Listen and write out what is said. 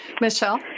Michelle